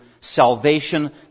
salvation